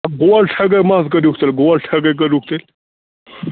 حظ گول ٹھیکٕے ما حظ کٔرۍہوٗکھ تیٚلہِ گول ٹھیکٕے کٔرۍہوٗکھ تیٚلہِ